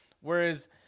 Whereas